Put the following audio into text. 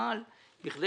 המפעל בכדי